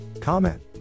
comment